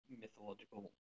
mythological